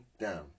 down